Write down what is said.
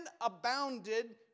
abounded